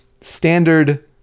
standard